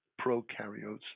prokaryotes